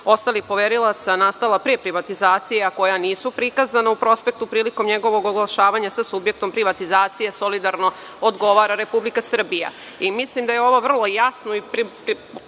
ostalih poverilaca nastala pre privatizacije, a koja nisu prikazana u prospektu prilikom njegovog oglašavanja sa subjektom privatizacije, solidarno odgovara Republika Srbija“.Mislim